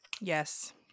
yes